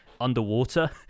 underwater